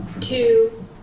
two